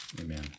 Amen